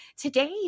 today